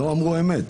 לא אמרו אמת.